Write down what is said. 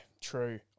true